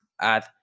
add